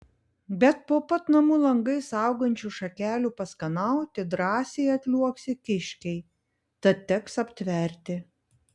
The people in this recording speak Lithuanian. bet po pat namų langais augančių šakelių paskanauti drąsiai atliuoksi kiškiai tad teks aptverti